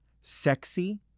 sexy